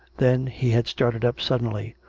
then he had started up suddenly,